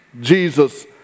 Jesus